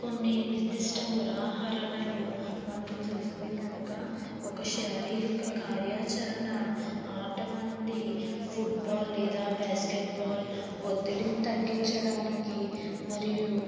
కొన్ని నిర్దిష్ట ఉరాహరణలు మనం చూస్తే కనక ఒక శారీరిక కార్యాచరణ ఆట వంటి ఫుట్ బాల్ లేదా బ్యాస్కెట్ బాల్ ఒత్తిడిని తగ్గించడానికి మరియు